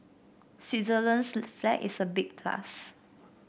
Switzerland's flag is a big plus